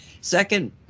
second